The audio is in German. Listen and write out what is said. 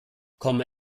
komme